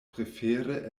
prefere